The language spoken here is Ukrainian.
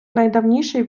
найдавніший